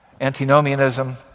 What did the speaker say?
antinomianism